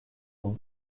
will